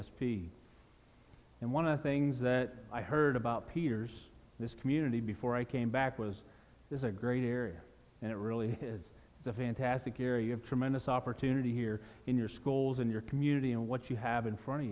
p and one of the things that i heard about peters this community before i came back was there's a great area and it really is the fantastic area of tremendous opportunity here in your schools in your community and what you have in front of